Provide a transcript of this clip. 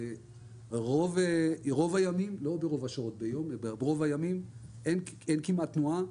ברוב הימים אין כמעט תנועה.